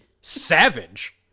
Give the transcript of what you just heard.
savage